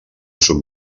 són